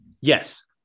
Yes